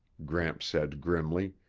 gramps said grimly.